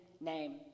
name